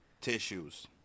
tissues